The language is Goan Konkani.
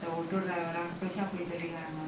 आतां ऑटो ड्रायव्हराक कशे आपयतले गे हांगा